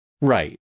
Right